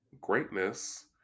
greatness